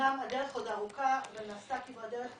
אמנם הדרך עוד ארוכה ונעשתה כברת דרך.